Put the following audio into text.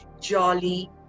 jolly